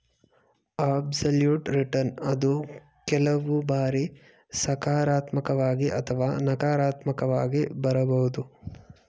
absolute return ಅದು ಕೆಲವು ಬಾರಿ ಸಕಾರಾತ್ಮಕವಾಗಿ ಅಥವಾ ನಕಾರಾತ್ಮಕವಾಗಿ ಬರಬಹುದು